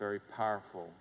very powerful